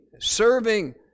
serving